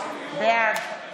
בעד